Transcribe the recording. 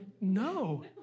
no